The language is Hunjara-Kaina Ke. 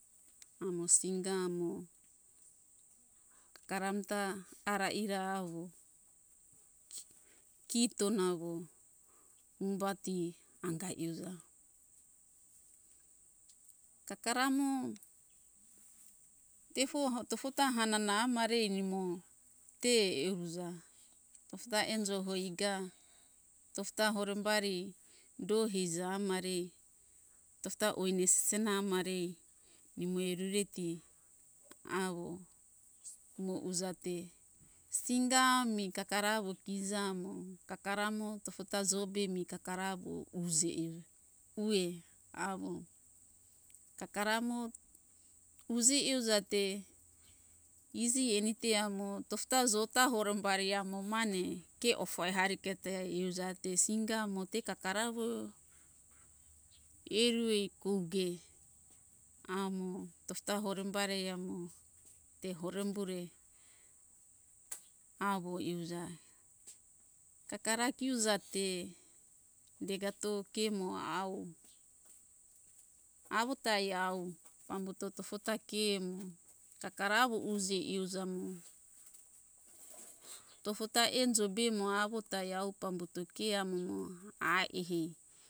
Amo singa amo kakara amta ara ira awo kito nawo umbati anga iuja kakara mo tefo tofota hanana amarai nimo te heruja tofota enjo hoiga tofota orumbari do eiza amarei tofota oine sisena amarei nimo erureti awo mo uja te singa ami kakara awo kiza amo kakara amo tofota jo be mi kakara awo uje eu uwe awo kakara amo uje euja te iji enite amo tofota jo ta horombari amo mane ke ofai hariketo ai iuja te singa amo te kakara awo erue koge amo tofota horembari amo te horembure awo iuja kakara kiuja te degato ke mo awo awo ta iawo pambuto tofota ke mo kakara awo uje euja mo tofota enjo be mo awo tai awo pambuto ke amomo ai ehei